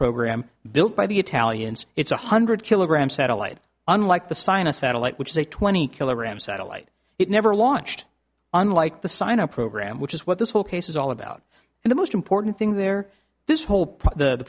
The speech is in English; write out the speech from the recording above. program built by the italians it's one hundred kilogram satellite unlike the sign a satellite which is a twenty kilograms satellite it never launched unlike the sign a program which is what this whole case is all about and the most important thing there this whole